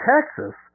Texas